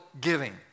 giving